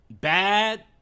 bad